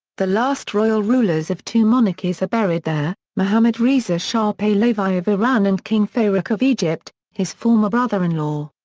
the last royal rulers of two monarchies are buried there, mohammad reza shah pahlavi of iran and king farouk of egypt, his former brother-in-law.